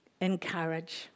encourage